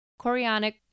chorionic